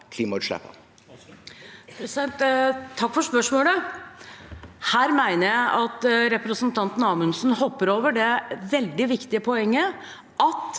Takk for spørsmålet. Her mener jeg representanten Amundsen hopper over det veldig viktige poenget at